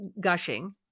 gushing